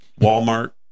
Walmart